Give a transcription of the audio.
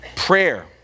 Prayer